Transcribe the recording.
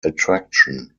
attraction